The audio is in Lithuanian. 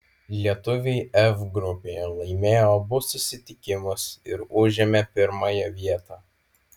lietuviai f grupėje laimėjo abu susitikimus ir užėmė pirmąją vietą